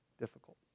difficult